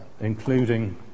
including